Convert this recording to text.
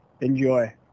Enjoy